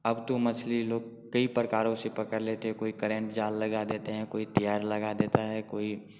अब तो मछली लोग कई प्रकारों से पकड़ लेते हैं कोई करेंट जाल लगा देते हैं कोई त्यार लगा देता है कोई